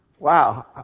Wow